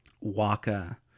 Waka